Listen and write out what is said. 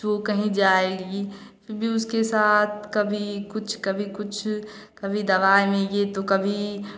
जो कहीं जाएगी फ़िर भी उसके साथ कभी कुछ कभी कुछ दवाई मेगे तो कभी